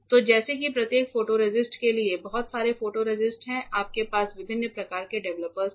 तो जैसे कि प्रत्येक फोटोरेसिस्ट के लिए बहुत सारे फोटोरेसिस्ट हैं आपके पास विभिन्न प्रकार के डेवलपर्स हैं